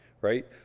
right